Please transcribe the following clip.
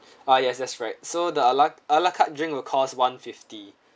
ah yes that's right so the a la a la carte drink will cost one fifty